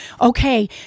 okay